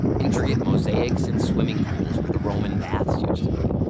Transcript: intricate mosaics in swimming pools where the roman baths used to be.